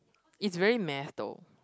it's very math though